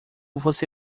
você